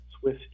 Swiss